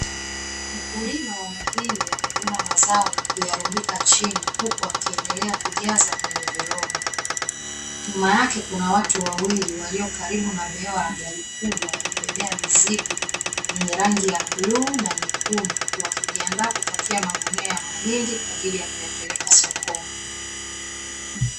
Mkulima wa mahindi amevuna mazao na kuyarundika chini huku akiendele kujaza kwenye viroba. Nyuma yake kuna watu wawili walio karibu na behewa la gari kubwa ya kubebea mizigo; yenye rangi ya bluu na nyekundu, wakijiaandaa kupakia magunia ya mahindi kwa ajili ya kuyapeleka sokoni.